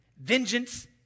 Vengeance